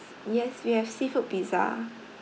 yes we have seafood pizza